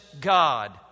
God